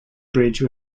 bridge